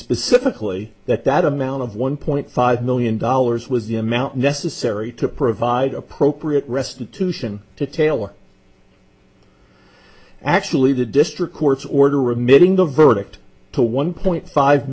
specifically that that amount of one point five million dollars was the amount necessary to provide appropriate restitution to taylor actually the district court's order remitting the verdict to one point five